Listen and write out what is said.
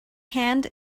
hand